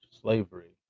slavery